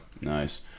Nice